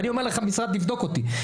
אני אומר לך ותבדוק אותי,